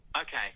okay